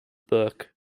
bourke